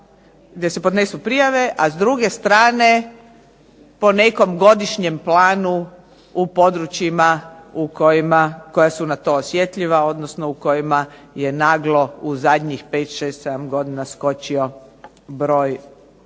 gdje se podnesu prijave, a s druge strane po nekom godišnjem planu u područjima koja su na to osjetljiva odnosno u kojima je naglo u zadnjih 5, 6, 7 godina skočio broj